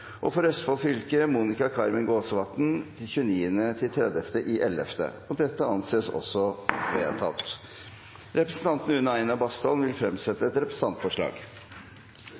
For Østfold fylke: Monica Carmen Gåsvatn 29.–30. november – Det anses også vedtatt. Representanten Une Bastholm vil fremsette et representantforslag.